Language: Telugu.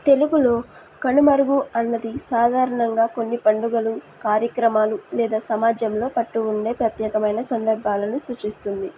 తెలుగులో కనుమరుగు అన్నది సాధారణంగా కొన్ని పండుగలు కార్యక్రమాలు లేదా సమాజంలో పట్టు ఉండే ప్రత్యేకమైన సందర్భాలను సూచిస్తుంది